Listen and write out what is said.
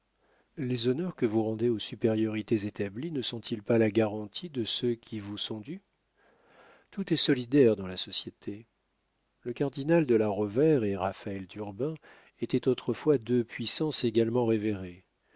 les honneurs que vous rendez aux supériorités établies ne sont-ils pas la garantie de ceux qui vous sont dus tout est solidaire dans la société le cardinal de la rovère et raphaël d'urbin étaient autrefois deux puissances également révérées